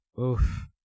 Oof